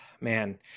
man